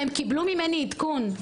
הם קיבלו ממני עדכון.